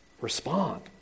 respond